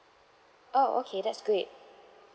oh okay that's good